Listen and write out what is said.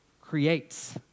creates